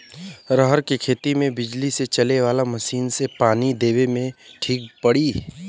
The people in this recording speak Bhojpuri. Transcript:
रहर के खेती मे बिजली से चले वाला मसीन से पानी देवे मे ठीक पड़ी?